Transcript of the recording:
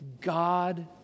God